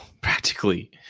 practically